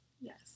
Yes